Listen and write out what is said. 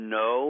no